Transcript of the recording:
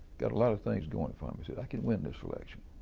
got a lot of things going for me. says, i can win this election.